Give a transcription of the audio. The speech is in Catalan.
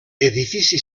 edifici